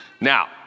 Now